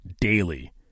daily